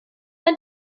ein